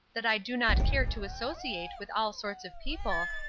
that i do not care to associate with all sorts of people,